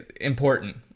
important